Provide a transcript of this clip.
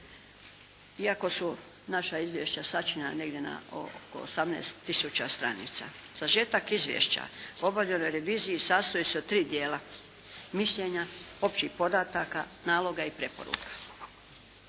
Iako su naša izvješća sačinjena negdje na oko 18 tisuća stranica. Sažetak izvješća o obavljenoj reviziji sastoji se od 3 dijela, mišljenja, općih podataka, naloga i preporuka.